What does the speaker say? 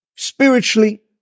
spiritually